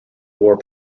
wore